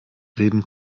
reden